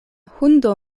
hundo